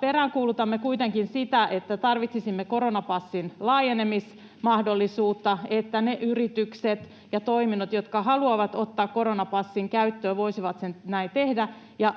Peräänkuulutamme kuitenkin sitä, että tarvitsisimme koronapassin laajenemismahdollisuutta, että ne yritykset ja toiminnot, jotka haluavat ottaa koronapassin käyttöön, voisivat sen tehdä ja